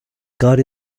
god